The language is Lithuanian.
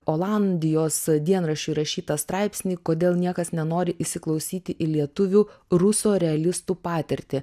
olandijos dienraščiui rašytą straipsnį kodėl niekas nenori įsiklausyti į lietuvių ruso realistų patirtį